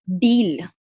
deal